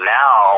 now